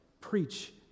preach